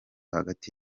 hagati